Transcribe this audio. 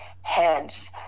Hence